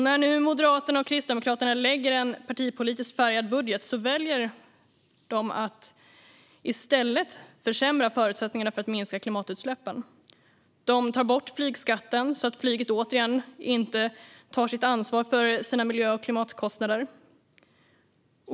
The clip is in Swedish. När Moderaterna och Kristdemokraterna nu lägger fram en partipolitiskt färgad budget väljer de att i stället försämra förutsättningarna att minska klimatutsläppen. De tar bort flygskatten så att flyget återigen inte tar ansvar för sina klimat och miljökostnader.